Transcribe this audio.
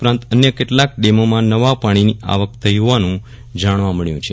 ઉપરાતઈ અન્ય કેટલાક ડેમમાં નવા પાણીની આવક થઇ હોવાનું જાણવા મળ્યું છે